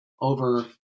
over